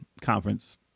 conference